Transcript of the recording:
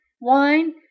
wine